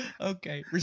okay